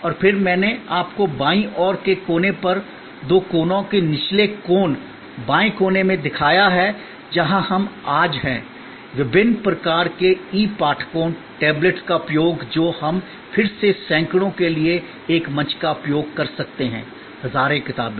और फिर मैंने आपको बाईं ओर के कोने पर दो कोनों के निचले कोने बाएं कोने में दिखाया है जहां हम आज हैं विभिन्न प्रकार के ई पाठकों टैबलेट्स का उपयोग जो हमें फिर से सैकड़ों के लिए एक मंच का उपयोग कर सकते हैं हजारों किताबें